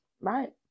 Right